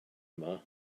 yma